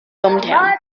hometown